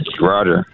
Roger